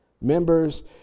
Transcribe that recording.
members